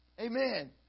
Amen